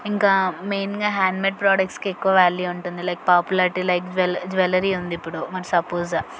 ఇంకా మెయిన్గా హ్యాండ్మేడ్ ప్రాడక్ట్స్కి ఎక్కువ వ్యాల్యూ ఉంటుంది లైక్ పాపులారిటీ లైక్ జువలరీ ఉంది ఇప్పుడు పర్ సపోస్